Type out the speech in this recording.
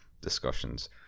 discussions